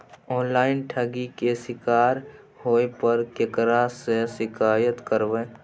Online ठगी के शिकार होय पर केकरा से शिकायत करबै?